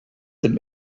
dem